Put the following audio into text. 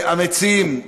המציעים?